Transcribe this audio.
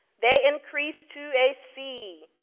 they increased to a c.